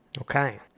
Okay